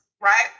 right